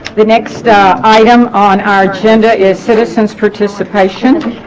the next item on our agenda is citizens participation